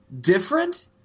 different